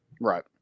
Right